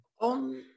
On